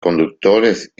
conductores